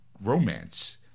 romance